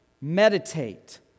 meditate